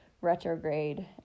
retrograde